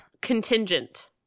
contingent